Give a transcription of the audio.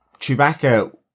Chewbacca